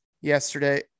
yesterday